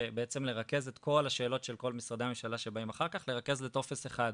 בעצם לרכז את כל משרדי הממשלה שבאים אחר כך לטופס אחד.